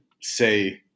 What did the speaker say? say